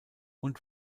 und